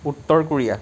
Uttar Korea